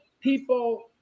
people